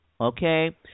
Okay